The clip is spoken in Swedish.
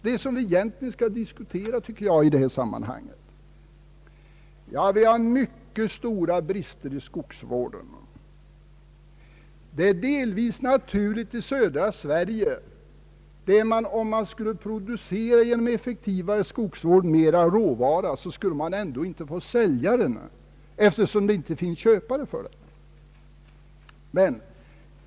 Detta är enligt mitt förmenande en fråga som vi i första hand skall diskutera i detta sammanhang. Det föreligger mycket stora brister i fråga om skogsvården. Det är naturligt att så är förhållandet i södra Sverige där man, om man genom en effektivare skogsvård skulle producera mera i form av råvara, ändå inte skulle få sälja råvaran eftersom det inte finns köpare för den.